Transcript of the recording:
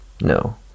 No